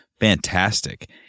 fantastic